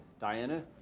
diana